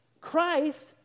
Christ